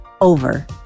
over